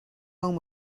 home